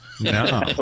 No